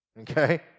Okay